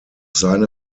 seine